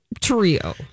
trio